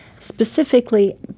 Specifically